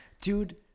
Dude